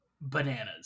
bananas